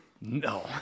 No